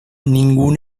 ningún